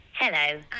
Hello